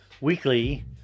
weekly